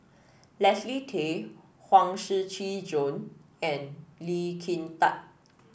Leslie Tay Huang Shiqi Joan and Lee Kin Tat